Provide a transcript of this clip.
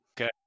okay